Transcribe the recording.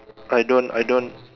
I don't I don't